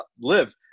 live